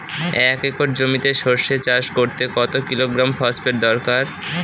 এক একর জমিতে সরষে চাষ করতে কত কিলোগ্রাম ফসফেট দরকার?